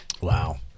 wow